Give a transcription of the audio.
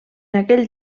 aquell